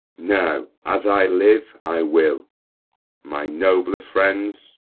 now, as i live, i will my nobler friends,